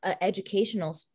educational